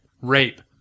rape